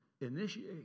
initiate